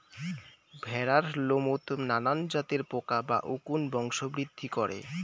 ভ্যাড়ার লোমত নানান জাতের পোকা বা উকুন বংশবৃদ্ধি করে